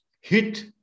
hit